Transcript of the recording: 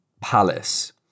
Palace